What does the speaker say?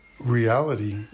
Reality